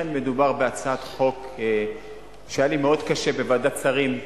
אכן מדובר בהצעת חוק שהיה לי מאוד קשה בוועדת שרים,